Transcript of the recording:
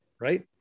Right